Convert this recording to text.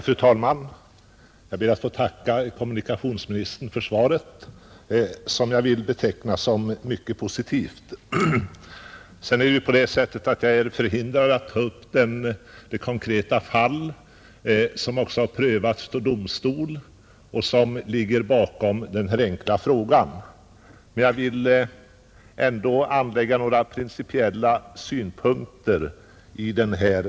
Fru talman! Jag ber att få tacka kommunikationsministern för svaret, som jag vill beteckna som mycket positivt. Jag är förhindrad att ta upp det konkreta fall som ligger bakom min enkla fråga, ett fall som också har prövats av domstol, och därför skall jag här bara anlägga några principiella synpunkter på denna sak.